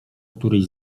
któryś